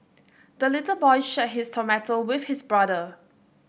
the little boy shared his tomato with his brother